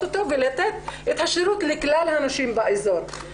אותו ולתת את השירות לכלל הנשים באזור.